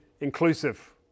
inclusive